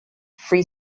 free